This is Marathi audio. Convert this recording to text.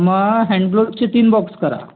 मग हँडग्लोजचे तीन बॉक्स करा